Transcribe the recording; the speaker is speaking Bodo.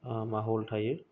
माहल थायो